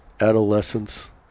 adolescence